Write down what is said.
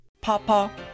Papa